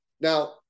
Now